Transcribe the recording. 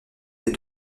est